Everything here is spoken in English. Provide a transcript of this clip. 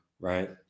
right